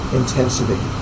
intensity